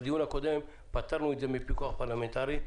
בדיון הקודם פטרנו את זה מפיקוח פרלמנטרי.